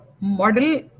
model